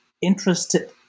interested